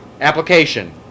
Application